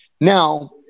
Now